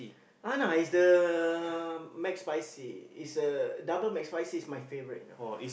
uh no is the McSpicy is a Double McSpicy is my favourite you know